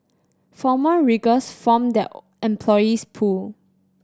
former riggers form their employees pool